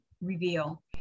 reveal